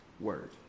word